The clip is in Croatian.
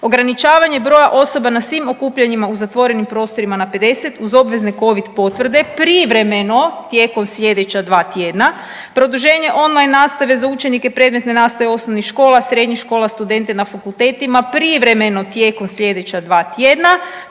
ograničavanje broja osoba na svim okupljanjima u zatvorenim prostorima na 50 uz obvezne covid potvrde, privremeno tijekom sljedeća dva tjedna, produženje on line nastave za učenike predmetne nastavne osnovnih škola, srednjih škola, studente na fakultetima, privremeno tijekom sljedeća dva tjedna